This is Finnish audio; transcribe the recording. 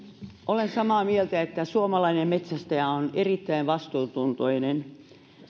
olen samaa mieltä että suomalainen metsästäjä on erittäin vastuuntuntoinen